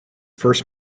first